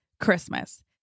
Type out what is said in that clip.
Christmas